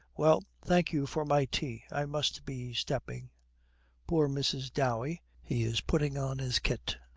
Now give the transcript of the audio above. well, thank you for my tea. i must be stepping poor mrs. dowey, he is putting on his kit.